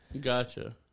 Gotcha